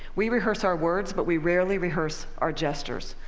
we rehearse our words, but we rarely rehearse our gestures.